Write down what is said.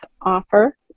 offer